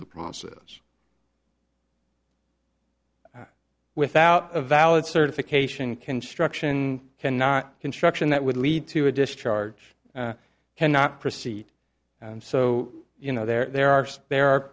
he process without a valid certification construction cannot construction that would lead to a discharge cannot proceed and so you know there are there are